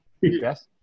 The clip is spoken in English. Yes